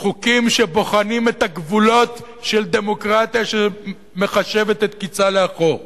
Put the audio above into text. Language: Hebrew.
חוקים שבוחנים את הגבולות של דמוקרטיה שמחשבת את קצה לאחור.